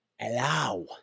allow